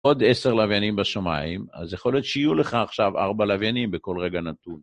עוד עשר לוויינים בשמיים, אז יכול להיות שיהיו לך עכשיו ארבע לוויינים בכל רגע נתון.